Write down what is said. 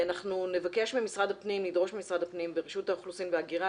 אנחנו נדרוש ממשרד הפנים ורשות האוכלוסין וההגירה